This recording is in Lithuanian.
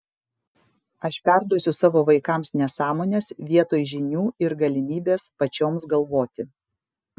aš perduosiu savo vaikams nesąmones vietoj žinių ir galimybės pačioms galvoti